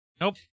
Nope